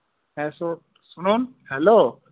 হ্যাঁ শুনুন হ্যালো